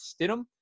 Stidham